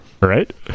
Right